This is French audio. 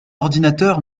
ordinateur